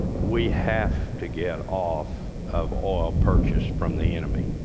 we have to get off of oil purchased from the enemy.